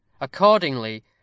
Accordingly